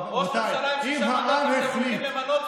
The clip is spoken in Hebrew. ראש ממשלה עם שישה מנדטים שאתם הולכים למנות,